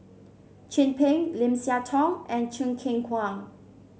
Chin Peng Lim Siah Tong and Choo Keng Kwang